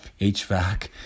HVAC